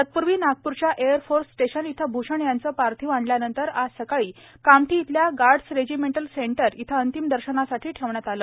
तत्पूर्वी नागपूरच्या air force station इथं भूषण यांचं पार्थिव आणल्यानंतर आज सकाळी कामठी इथल्या गार्डस रेजिमेंटल सेंटर इथं अंतिम दर्शनासाठी ठेवण्यात आलं